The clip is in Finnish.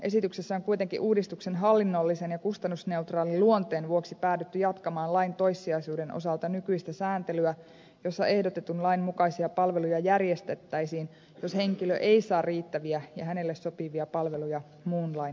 esityksessä on kuitenkin uudistuksen hallinnollisen ja kustannusneutraalin luonteen vuoksi päädytty jatkamaan lain toissijaisuuden osalta nykyistä sääntelyä jossa ehdotetun lain mukaisia palveluja järjestettäisiin jos henkilö ei saa riittäviä ja hänelle sopivia palveluja muun lain nojalla